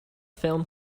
film